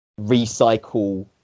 recycle